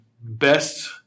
best